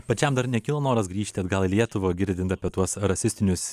pačiam dar nekilo noras grįžti atgal į lietuvą girdint apie tuos rasistinius